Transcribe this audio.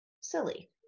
silly